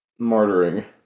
martyring